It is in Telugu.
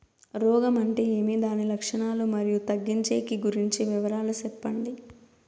రోగం అంటే ఏమి దాని లక్షణాలు, మరియు తగ్గించేకి గురించి వివరాలు సెప్పండి?